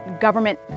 government